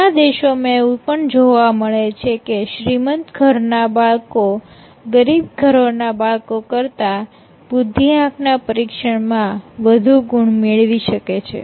ઘણા દેશોમાં એવું પણ જોવા મળે છે કે શ્રીમંત ઘરના બાળકો ગરીબ ઘરોના બાળકો કરતા બુદ્ધિઆંક ના પરીક્ષણ માં વધુ ગુણ મેળવી શકે છે